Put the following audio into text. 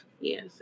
yes